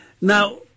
now